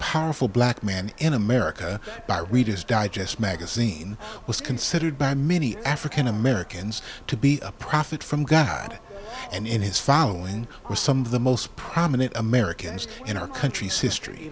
powerful black man in america by reader's digest magazine was considered by many african americans to be a prophet from god and in his following who are some of the most prominent americans in our country's history